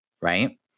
right